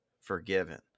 forgiven